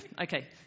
Okay